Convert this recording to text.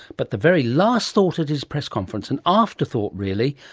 but the very last thought at his press conference, an afterthought really,